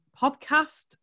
podcast